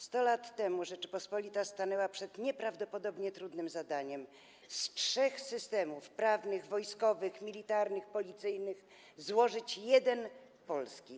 100 lat temu Rzeczpospolita stanęła przed nieprawdopodobnie trudnym zadaniem: z trzech systemów prawnych, wojskowych, militarnych, policyjnych złożyć jeden - polski.